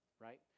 right